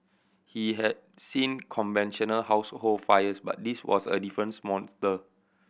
he had seen conventional household fires but this was a different monster